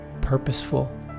purposeful